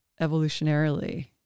evolutionarily